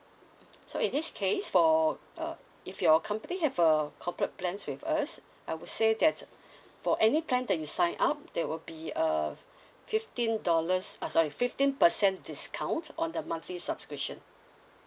so in this case for uh if your company have a corporate plans with us I would say that for any plan that you sign up that will be uh fifteen dollars uh sorry fifteen percent discount on the monthly subscription